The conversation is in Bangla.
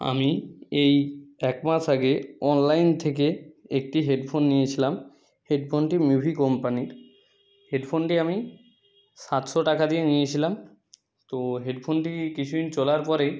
আমি এই একমাস আগে অনলাইন থেকে একটি হেডফোন নিয়েছিলাম হেডফোনটি মিভি কোম্পানির হেডফোনটি আমি সাতশো টাকা দিয়ে নিয়েছিলাম তো হেডফোনটি কিছুদিন চলার পরে